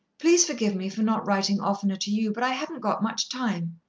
please forgive me for not writing oftener to you, but i haven't got much time.